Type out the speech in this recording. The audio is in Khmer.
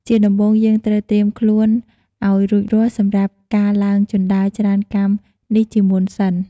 ជាដំបូងយើងត្រូវត្រៀមខ្លួនអោយរួចរាល់សម្រាប់ការឡើងជណ្តើរច្រើនកាំនេះជាមុនសិន ។